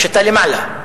כשאתה למעלה,